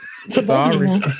Sorry